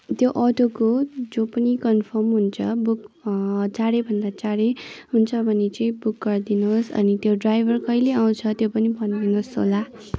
त्यो अटोको जो पनि कन्फर्म हुन्छ बुक चाँडैभन्दा चाँडै हुन्छ भने चाहिँ बुक गरिदिनुहोस् अनि ड्राइभर कहिले आउँछ त्यो पनि भनिदिनोहोस् होला